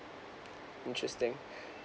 interesting